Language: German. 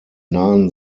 nahen